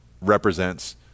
represents